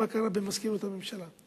מה קרה במזכירות הממשלה: